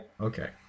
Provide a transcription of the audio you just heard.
okay